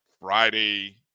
Friday